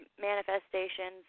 manifestations